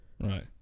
Right